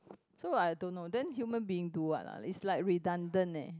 so I don't know then human being do what ah it's like redundant leh